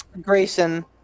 Grayson